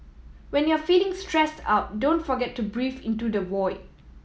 when you are feeling stressed out don't forget to breathe into the void